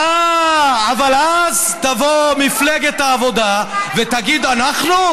אה, אבל אז תבוא מפלגת העבודה ותגיד: אנחנו?